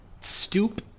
stoop